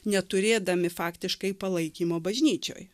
neturėdami faktiškai palaikymo bažnyčioj